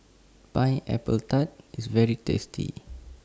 Pineapple Tart IS very tasty